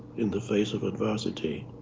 in the face of adversity.